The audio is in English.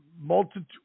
multitude